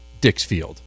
Dixfield